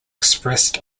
expressed